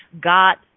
got